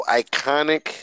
iconic